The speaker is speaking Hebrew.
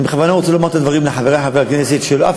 אני בכוונה רוצה לומר את הדברים לחברי חברי הכנסת כדי שאף